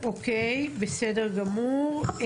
בסדר גמור.